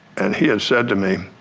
and he had said to me,